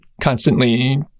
constantly